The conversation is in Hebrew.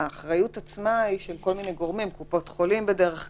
האחריות עצמה היא של כל מיני גורמים קופות חולים למשל,